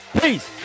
Peace